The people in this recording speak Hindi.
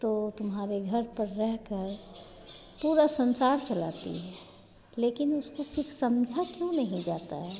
तो तुम्हारे घर पर रहकर पूरा संसार चलाती है लेकिन उसको कुछ समझा क्यों नहीं जाता है